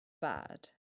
bad